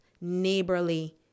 neighborly